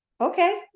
okay